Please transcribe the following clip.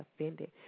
offended